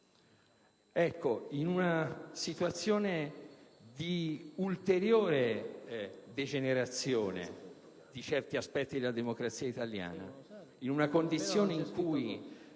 Ecco, in una situazione di ulteriore degenerazione di taluni aspetti della democrazia italiana, in una condizione in cui